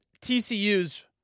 TCU's